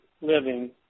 living